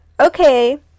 okay